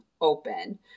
open